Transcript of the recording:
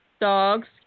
dogs